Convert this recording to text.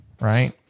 right